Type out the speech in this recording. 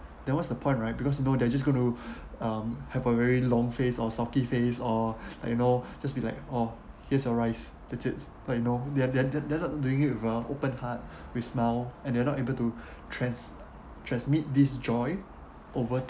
then what's the point right because you know they're just going to um have a very long face or sulky face or like you know just be like oh here's your rice that it's like you know they're they're they're not doing it with open heart with a smile and they are not able to trans~ transmit this joy over